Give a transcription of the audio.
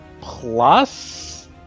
plus